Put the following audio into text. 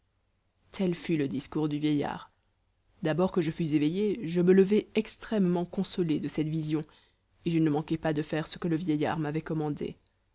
tel fut le discours du vieillard d'abord que je fus éveillé je me levai extrêmement consolé de cette vision et je ne manquai pas de faire ce que le vieillard m'avait commandé